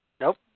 Nope